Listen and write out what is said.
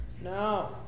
No